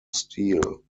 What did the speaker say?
steele